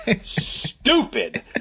stupid